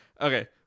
Okay